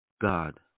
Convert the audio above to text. God